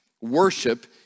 Worship